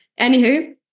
Anywho